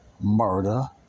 murder